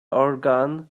organ